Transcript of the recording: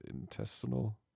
Intestinal